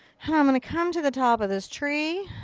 i'm gonna come to the top of this tree.